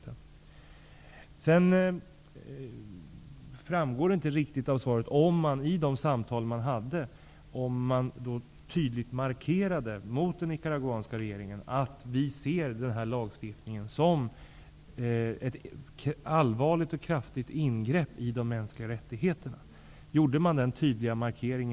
Det framgår inte riktigt klart av svaret om man vid de samtal man hade i denna fråga tydligt markerade gentemot den nicaraguanska regeringen att vi ser den här lagstiftningen som ett allvarligt och kraftigt ingrepp i de mänskliga rättigheterna. Gjorde man en sådan tydlig markering?